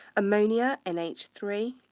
ammonia and h three,